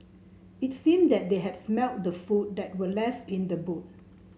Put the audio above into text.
it seemed that they had smelt the food that were left in the boot